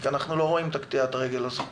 רק שאנחנו לא רואים את קטיעת הרגל הזאת,